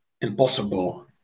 impossible